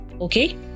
okay